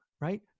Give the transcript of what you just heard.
right